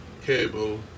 cable